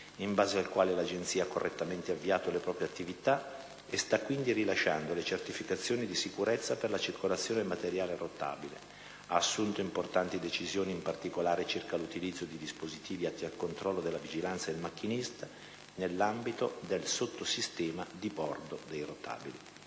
in base al quale 1'Agenzia ha correttamente avviato le proprie attività e sta quindi rilasciando le certificazioni di sicurezza per la circolazione del materiale rotabile, ed ha assunto importanti decisioni, in particolare circa l'utilizzo di dispositivi atti al controllo della vigilanza del macchinista nell'ambito del sottosistema di bordo dei rotabili.